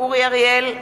אורי אריאל,